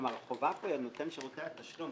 כלומר, החובה פה היא על נותן שירותי התשלום.